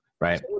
right